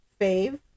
fave